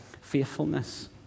faithfulness